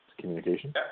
communication